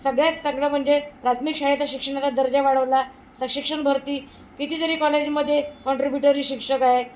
सगळ्यात सगळं म्हणजे प्राथमिक शाळेचा शिक्षणाचा दर्जा वाढवला सशिक्षण भरती कितीतरी कॉलेजमध्ये कॉन्ट्रीब्युटरी शिक्षक आहे